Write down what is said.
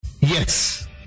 Yes